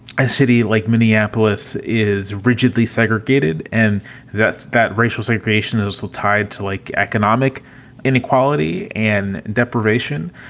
a city like minneapolis is rigidly segregated and that's that racial segregation is still tied to like economic inequality and deprivation.